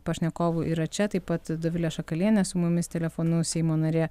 pašnekovų yra čia taip pat dovilė šakalienė su mumis telefonu seimo narė